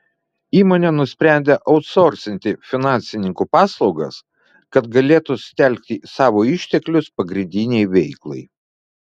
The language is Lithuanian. įmonė nusprendė autsorsinti finansininkų paslaugas kad galėtų sutelkti savo išteklius pagrindinei veiklai